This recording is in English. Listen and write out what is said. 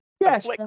Yes